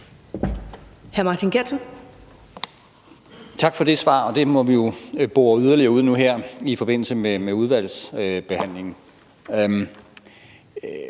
Tak for det svar, og det må vi jo bore yderligere ud nu her i forbindelse med udvalgsbehandlingen.